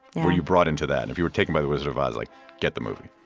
were you brought into that? and if you were taken by the wizard of oz like get the movie.